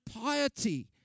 piety